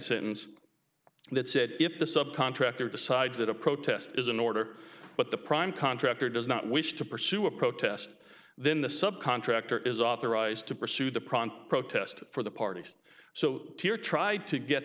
sentence that said if the subcontractor decides that a protest is in order but the prime contractor does not wish to pursue a protest then the sub contractor is authorized to pursue the prompt protest for the parties so to or tried to get